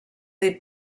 des